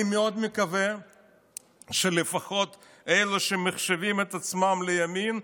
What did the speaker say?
אני מאוד מקווה שלפחות אלה שמחשיבים את עצמם לימין,